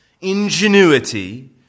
ingenuity